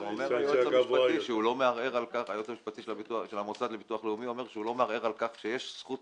אומר היועץ המשפטי של המוסד לביטוח לאומי שהוא לא מערער על כך שיש זכות